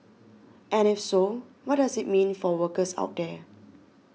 and if so what does it mean for workers out there